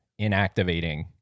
inactivating